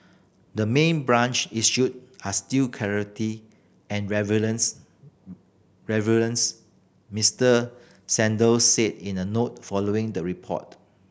the main brands issue are still clarity and Mister Saunders said in a note following the report